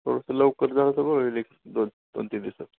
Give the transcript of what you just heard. थोडंसं लवकर झालं तर बरं होईल दोन तीन दिवसांत